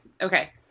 okay